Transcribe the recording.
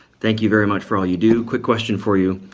thank you very much for all you do. quick question for you.